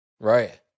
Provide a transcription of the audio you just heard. Right